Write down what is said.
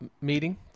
meeting